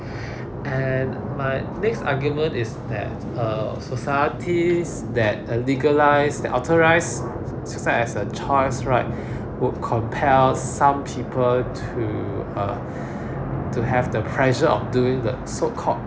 and my next argument is that err societies that legalise that authorise suicide as a choice right would compel some people to err to have the pressure of doing the so called